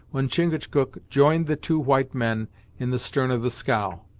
when chingachgook joined the two white men in the stern of the scow.